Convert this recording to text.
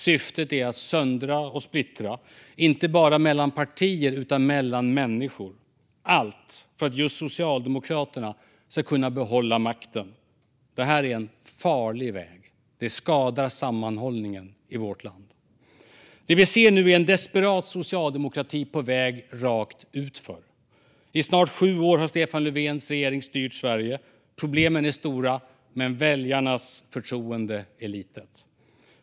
Syftet är att söndra och splittra, inte bara mellan partier utan mellan människor - allt för att just Socialdemokraterna ska kunna behålla makten. Det här är en farlig väg. Det skadar sammanhållningen i vårt land. Det vi ser nu är en desperat socialdemokrati på väg rakt utför. I snart sju år har Stefan Löfvens regering styrt Sverige. Problemen är stora, men väljarnas förtroende är litet.